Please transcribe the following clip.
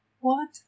what